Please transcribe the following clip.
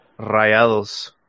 Rayados